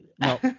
No